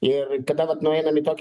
ir kada vat nueiname į tokį